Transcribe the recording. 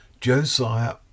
Josiah